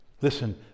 Listen